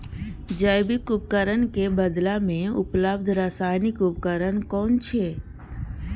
जैविक उर्वरक के बदला में उपलब्ध रासायानिक उर्वरक कुन छै?